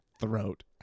throat